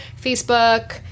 Facebook